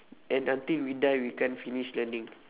and until we die we can't finish learning